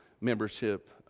membership